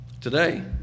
today